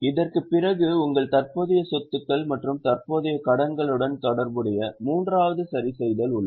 இதற்குப் பிறகு உங்கள் தற்போதைய சொத்துகள் மற்றும் தற்போதைய கடன்களுடன் தொடர்புடைய மூன்றாவது சரிசெய்தல் உள்ளது